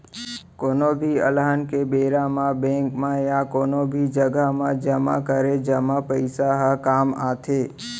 कोनो भी अलहन के बेरा म बेंक म या कोनो भी जघा म जमा करे जमा पइसा ह काम आथे